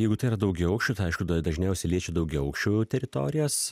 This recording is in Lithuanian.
jeigu tai yra daugiaaukščių tai aišku da dažniausiai liečia daugiaaukščių teritorijas